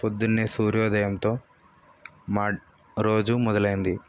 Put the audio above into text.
ప్రొద్దున్నే సూర్యోదయంతో మా రోజు మొదలైంది